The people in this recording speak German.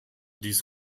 dies